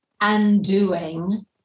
undoing